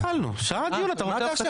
רק התחלנו, שעה דיון אתה רוצה הפסקה?